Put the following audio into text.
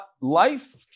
life